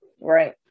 Right